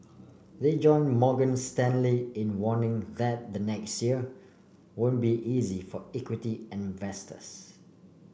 they join Morgan Stanley in warning that the next year won't be easy for equity investors